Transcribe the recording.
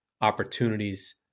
opportunities